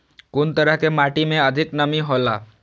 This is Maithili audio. कुन तरह के माटी में अधिक नमी हौला?